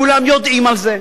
כולם יודעים על זה,